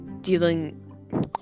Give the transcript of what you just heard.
dealing